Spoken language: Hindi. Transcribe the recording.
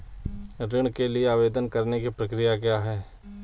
ऋण के लिए आवेदन करने की प्रक्रिया क्या है?